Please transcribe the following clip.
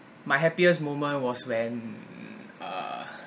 my happiest moment was when uh